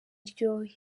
iryo